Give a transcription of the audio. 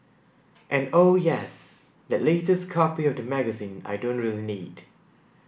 and oh yes that latest copy of the magazine I don't really need